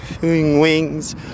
wings